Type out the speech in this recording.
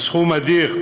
זה סכום אדיר,